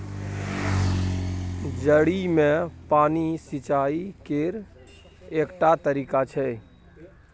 जड़ि मे पानि सिचाई केर एकटा तरीका छै